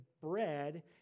bread